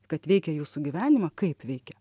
kad veikia jūsų gyvenimą kaip veikia